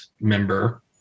member